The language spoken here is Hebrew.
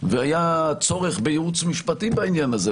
והיה צורך בייעוץ משפטי בעניין הזה,